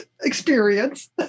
experience